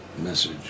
message